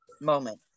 moment